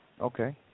Okay